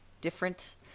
different